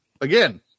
Again